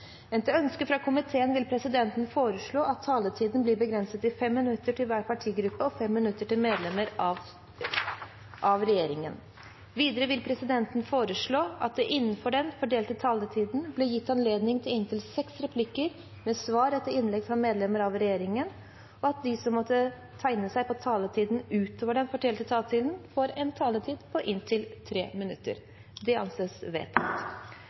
vil presidenten foreslå at taletiden blir begrenset til 5 minutter til hver partigruppe og 5 minutter til medlemmer av regjeringen. Videre vil presidenten foreslå at det – innenfor den fordelte taletid – blir gitt anledning til inntil seks replikker med svar etter innlegg fra medlemmer av regjeringen, og at de som måtte tegne seg på talerlisten utover den fordelte taletid, får en taletid på inntil 3 minutter. – Det anses vedtatt.